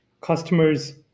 Customers